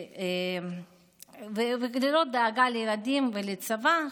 וללא דאגה לילדים ומהצבא,